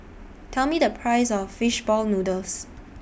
Tell Me The Price of Fish Ball Noodles